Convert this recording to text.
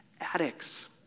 addicts